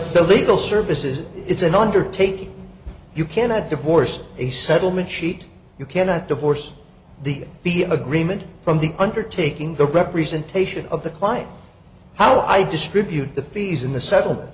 the legal services it's an undertaking you cannot divorce a settlement sheet you cannot divorce the be an agreement from the undertaking the representation of the client how i distribute the fees in the settle